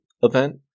event